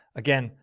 again,